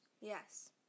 Yes